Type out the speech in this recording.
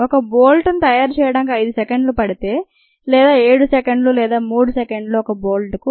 ఒక బోల్ట్ ను తయారు చేయడానికి ఐదు సెకండ్లు పడితే లేదా ఏడు సెకండ్లు లేదా మూడు సెకండ్లు ఒక బోల్ట్కు